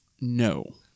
No